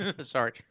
Sorry